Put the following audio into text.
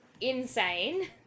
insane